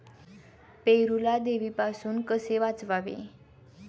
पेरूला देवीपासून कसे वाचवावे?